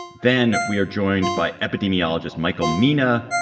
then we are joined by epidemiologist michael mina,